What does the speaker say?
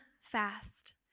fast